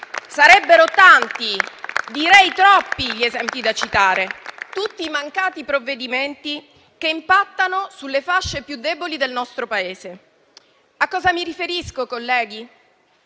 Sarebbero tanti, direi troppi, gli esempi da citare di tutti i mancati provvedimenti che impattano sulle fasce più deboli del nostro Paese. A cosa mi riferisco, colleghi?